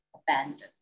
abandoned